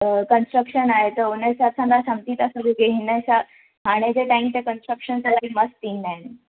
construction आहे त हुन हिसाब सां तव्हां समुझी था सघूं के हिन हिसाब हाणे जे टाइम ते कंस्ट्रक्शन ॾाढा मस्तु ईंदा आहिनि